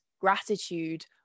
gratitude